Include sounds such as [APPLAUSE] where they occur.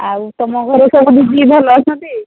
ଆଉ ତୁମ ଘର ସବୁ [UNINTELLIGIBLE] ଭଲ ଅଛନ୍ତି